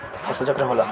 फसल चक्र का होला?